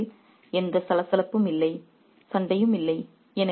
refer slide time 3809 நகரத்தில் எந்த சலசலப்பும் இல்லை சண்டையும் இல்லை